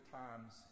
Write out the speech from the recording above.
times